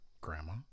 grandma